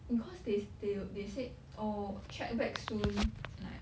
because they they w~ they said orh check back soon like